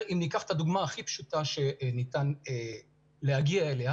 אם ניקח את הדוגמה הכי פשוטה שניתן להגיע אליה.